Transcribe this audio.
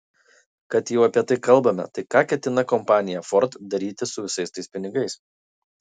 kad jau apie tai kalbame tai ką ketina kompanija ford daryti su visais tais pinigais